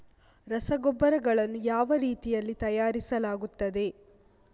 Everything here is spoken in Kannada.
ರಸಗೊಬ್ಬರಗಳನ್ನು ಯಾವ ರೀತಿಯಲ್ಲಿ ತಯಾರಿಸಲಾಗುತ್ತದೆ?